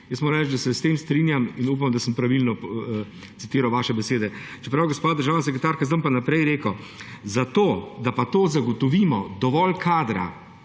Moram reči, da se s tem strinjam, in upam, da sem pravilno citiral vaše besede. Čeprav, gospa državna sekretarka, jaz bom pa naprej rekel, za to, da pa zagotovimo dovolj kadra